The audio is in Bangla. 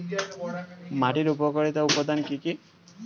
মাটির উপকারী উপাদান কি কি?